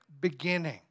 beginning